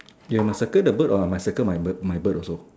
you must circle the bird or I must circle my bird my bird also